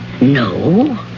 No